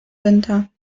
winter